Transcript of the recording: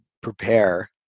prepare